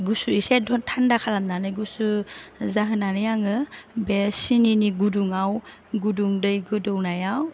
गुसु एसे थान्दा खालामनानै गुसु जाहोनानै आङो बे सिनिनि गुदुंआव गुदुं दै गोदौनायाव